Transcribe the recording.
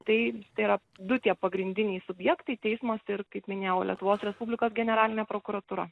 tai tai yra du tie pagrindiniai subjektai teismas ir kaip minėjau lietuvos respublikos generalinė prokuratūra